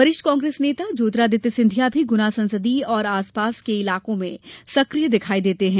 वरिष्ठ कांग्रेस नेता ज्योतिरादित्य सिंधिया भी गुना संसदीय और आसपास के इलाके में सक्रिय दिखायी देते हैं